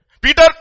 Peter